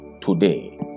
today